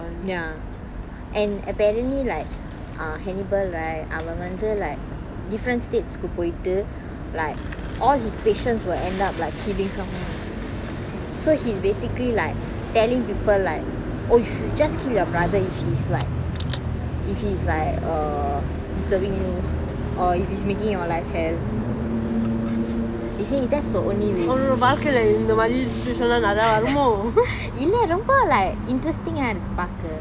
ya and apparently like ah hannibal right அவன் வந்து:avan vanthu like different stages கு பொய்டு:tu poytu like all his patients will end up like killing so he's basically like telling people like !oi! you should just kill your brother if he is like if he is like err disturbing you or if he's making your life hell he says it has the only reason இல்ல ரொம்ப:illa romba like interesting ah இருக்கு பாக்க:irukku paakka